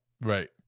right